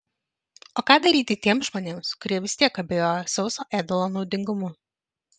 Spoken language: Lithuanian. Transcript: o ką daryti tiems žmonėms kurie vis tiek abejoja sauso ėdalo naudingumu